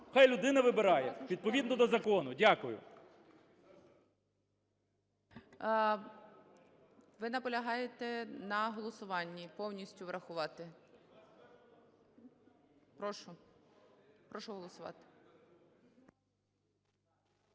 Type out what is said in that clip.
Хай людина вибирає відповідно до закону. Дякую. ГОЛОВУЮЧИЙ. Ви наполягаєте на голосуванні – повністю врахувати. Прошу. Прошу голосувати.